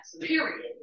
Period